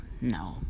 No